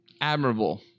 Admirable